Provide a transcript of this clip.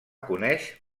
coneix